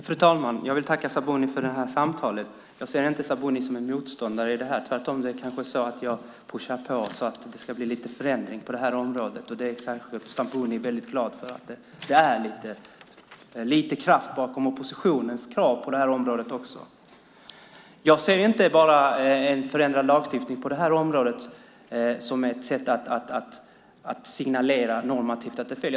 Fru talman! Jag vill tacka Sabuni för det här samtalet. Jag ser inte Sabuni som en motståndare i den här frågan, tvärtom. Men jag pushar på för att det ska bli lite förändring på det här området. Sabuni är säkert väldigt glad för att det är lite kraft också bakom oppositionens krav på det här området. Jag ser inte bara en förändrad lagstiftning på det här området som ett sätt att signalera att detta är fel.